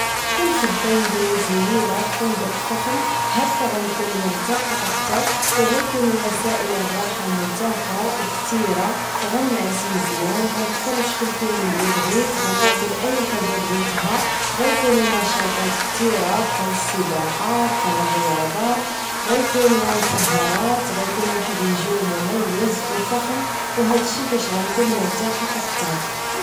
كنفضل ندوز ليلة فندق فخم هكا غنكون مرتاحة اكتر و غيكونو وسائل الراحة متاحة و كتيرة غنعس مزيان غنتفرج الفيلم الي بغيت غناكل اي حاجة بغيتها غيكونو نشاطات كتيرة بحال السباحة بحال الرياضة غيكونو سهرات غيكون واحد الجو مميز و فخم و هادشي فاش غانكون مرتاحة اكتر